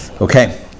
Okay